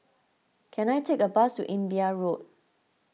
can I take a bus to Imbiah Road